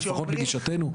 לפחות לגישתנו,